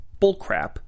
bullcrap